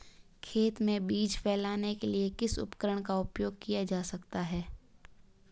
खेत में बीज फैलाने के लिए किस उपकरण का उपयोग किया जा सकता है?